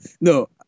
No